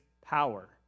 power